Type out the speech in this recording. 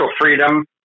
freedom